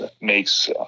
makes